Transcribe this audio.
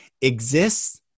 exists